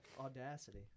audacity